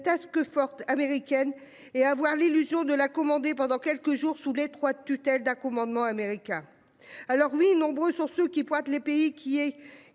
task force américaine et avoir l'illusion de la commander pendant quelques jours sous l'étroite tutelle d'un commandement américain. Alors oui, nombreux sont ceux qui pointent les pays qui